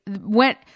went